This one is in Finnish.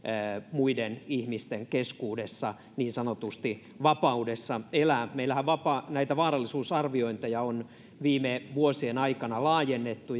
muiden ihmisten keskuudessa niin sanotusti vapaudessa meillähän näitä vaarallisuusarviointeja on viime vuosien aikana laajennettu